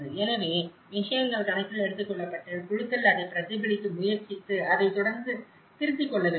எனவே விஷயங்கள் கணக்கில் எடுத்துக்கொள்ளப்பட்டு குழுக்கள் அதைப் பிரதிபலிக்க முயற்சித்து அதைத் தொடர்ந்து திருத்திக் கொள்ள வேண்டும்